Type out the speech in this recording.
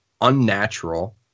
unnatural